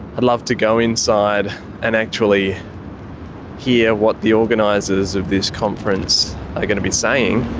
i'd love to go inside and actually hear what the organisers of this conference are going to be saying.